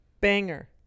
banger